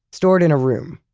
stored in a room.